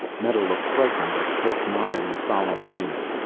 meta looked frightened, but kerk nodded in solemn agreement.